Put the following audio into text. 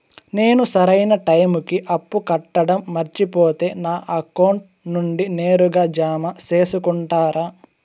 నేను సరైన టైముకి అప్పు కట్టడం మర్చిపోతే నా అకౌంట్ నుండి నేరుగా జామ సేసుకుంటారా?